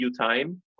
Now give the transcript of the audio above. time